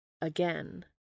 again